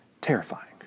Terrifying